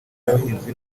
y’abahinzi